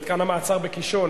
במתקן המעצר "קישון".